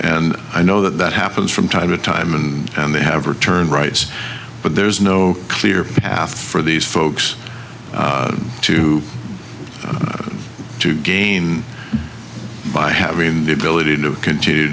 and i know that that happens from time to time and they have return rights but there's no clear path for these folks to to gain by having the ability to continue